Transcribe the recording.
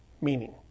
meaning